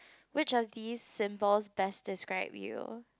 which of these symbols best describe you